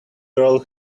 girl